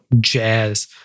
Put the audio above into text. jazz